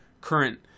current